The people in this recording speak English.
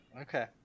Okay